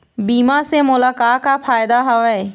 बीमा से मोला का का फायदा हवए?